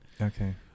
Okay